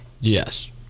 Yes